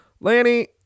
Lanny